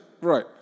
right